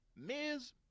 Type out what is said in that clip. Ms